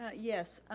yes.